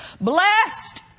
Blessed